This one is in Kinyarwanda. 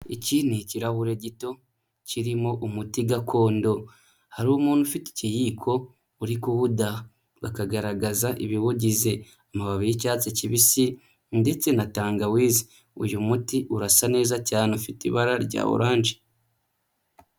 Iki ni ikirahure gito kirimo umuti gakondo. Hari umuntu ufite ikiyiko uri kuwudaha, bakagaragaza ibiwugize. Amababi y'icyatsi kibisi ndetse na tangawizi. Uyu muti urasa neza cyane, ufite ibara rya oranje.